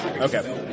Okay